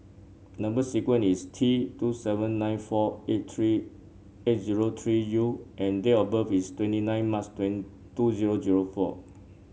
number sequence is T two seven nine four eight three eight zero three U and date of birth is twenty nine March two zero zero four